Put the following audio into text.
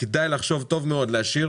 כדאי לחשוב טוב מאוד להשאיר